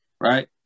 right